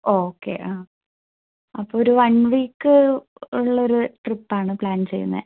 okay ആഹ് അപ്പോൾ ഒരു വൺ വീക്ക് ഉള്ള ഒരു ട്രിപ്പ് ആണ് പ്ലാൻ ചെയ്യുന്നത്